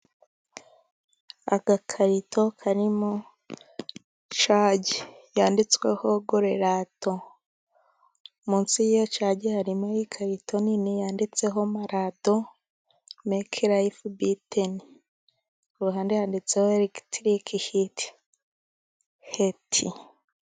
Agakarito karimo cage yanditsweho gorerato. Munsi ya cage harimo ikarito nini yanditseho marado make life betn ruhande yanditseho elictrick hit het.